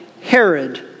Herod